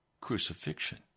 crucifixion